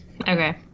okay